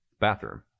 bathroom